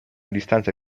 distanza